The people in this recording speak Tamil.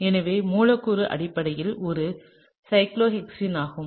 எனவே மூலக்கூறு அடிப்படையில் ஒரு சைக்ளோஹெக்ஸீன் ஆகும்